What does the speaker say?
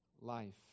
life